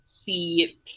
see